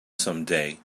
someday